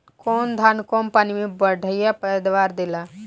कौन धान कम पानी में बढ़या पैदावार देला?